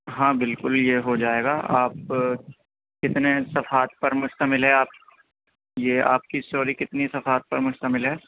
ہاں بالکل یہ ہو جائے گا آپ کتنے صفحات پر مشتمل ہے آپ یہ آپ کی اسٹوری کتنی صفحات پر مشتمل ہے